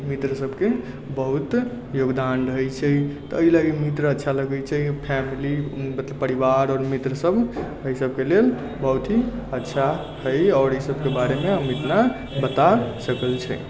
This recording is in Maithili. मित्र सभके बहुत योगदान रहै छै तऽ एहि लेकऽ मित्र अच्छा लगै छै फेमिली मत परिवार आओर मित्र सभ अय सभके लेल बहुत ही अच्छा हय आओर सभके बारे मे ओकरा बता सकल छै